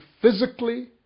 physically